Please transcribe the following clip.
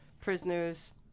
prisoners